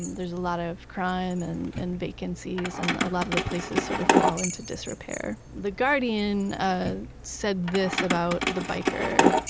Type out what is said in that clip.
and there's a lot of crime, and and vacancies, and a lot of the places sort of fall into disrepair the guardian ah said this about the byker,